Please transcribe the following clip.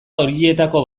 horietako